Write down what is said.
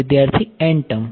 વિદ્યાર્થી N term